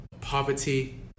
Poverty